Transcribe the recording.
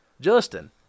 Justin